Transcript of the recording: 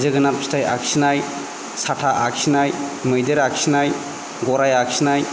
जोगोनाद फिथाइ आखिनाय साथा आखिनाय मैदेर आखिनाय गराइ आखिनाय